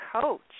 coach